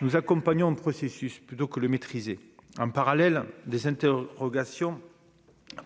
nous accompagnons de processus plutôt que le maîtriser un parallèle des interrogations